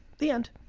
the end.